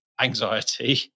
anxiety